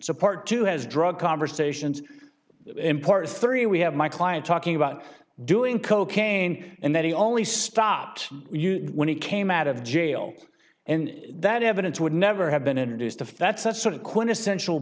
support to has drug conversations in part three we have my client talking about doing cocaine and that he only stopped when he came out of jail and that evidence would never have been introduced if that's that sort of quintessential